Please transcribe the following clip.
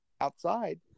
outside